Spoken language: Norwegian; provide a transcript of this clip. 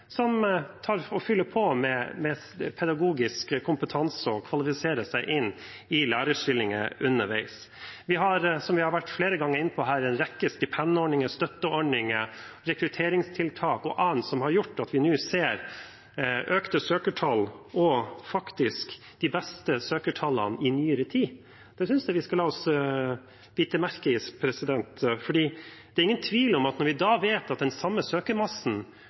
fyller på med pedagogisk kompetanse og kvalifiserer seg til lærerstillinger underveis. Vi har, som vi har vært inne på flere ganger her, en rekke stipendordninger, støtteordninger, rekrutteringstiltak og annet som har gjort at vi nå ser økte søkertall – faktisk de beste søkertallene i nyere tid. Det synes jeg vi skal bite oss merke i. Det er ingen tvil om at når vi vet at den samme